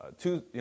Two